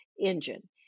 engine